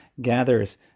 gathers